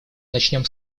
начнем